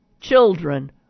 children